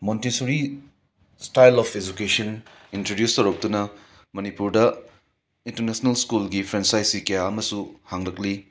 Montessori style of education introduce ꯇꯧꯔꯛꯇꯨꯅ ꯃꯅꯤꯄꯨꯔꯗ international ꯁ꯭ꯀꯨꯜꯒꯤ ꯐ꯭ꯔꯦꯟꯁꯥꯏꯖꯁꯤ ꯀꯌꯥ ꯑꯃꯁꯨ ꯍꯥꯡꯂꯛꯂꯤ